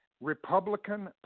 Republican